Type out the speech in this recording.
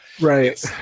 right